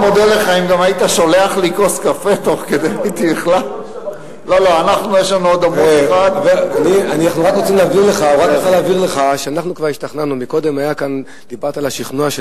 אריזות, לאור בקשה מצד נציגי הרשויות